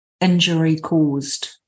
injury-caused